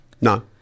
No